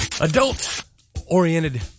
Adult-oriented